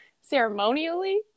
ceremonially